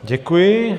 Děkuji.